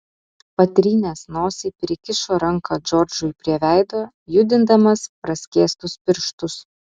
patrynęs nosį prikišo ranką džordžui prie veido judindamas praskėstus pirštus